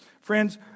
Friends